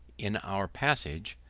in our passage,